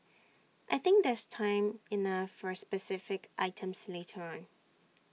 I think there's time enough for specific items later on